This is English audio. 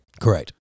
Correct